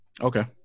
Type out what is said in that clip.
Okay